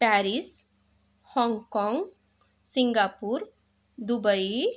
Paris Hong Kong Singapore Dubai